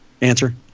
answer